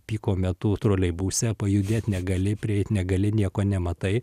piko metu troleibuse pajudėt negali prieit negali nieko nematai